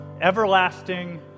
everlasting